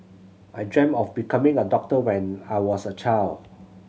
I dreamt of becoming a doctor when I was a child